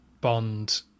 Bond